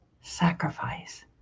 sacrifice